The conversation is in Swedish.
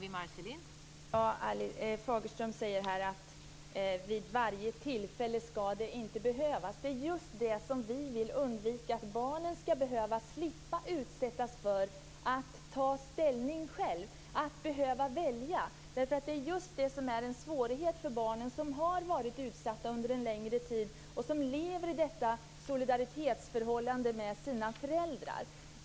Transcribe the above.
Fru talman! Ann-Marie Fagerström säger att det inte ska behövas vid varje tillfälle men det är just det vi vill undvika. Vi vill alltså att barnen ska slippa utsättas för att själva behöva ta ställning, att själva välja. Just det är nämligen svårt för barn som under en längre tid har varit utsatta och som lever i ett sådant här solidaritetsförhållande till sina föräldrar.